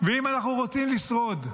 ואם אנחנו רוצים לשרוד,